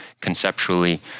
conceptually